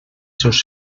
seus